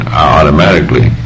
automatically